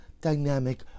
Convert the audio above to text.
dynamic